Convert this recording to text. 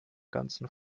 ganzen